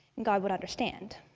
god would understand.